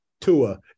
Tua